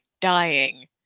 dying